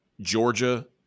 Georgia